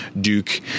Duke